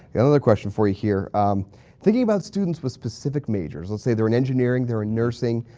the other question for you here um thinking about students with specific majors let's say they're in engineering, they're in nursing,